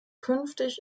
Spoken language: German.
künftig